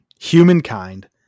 Humankind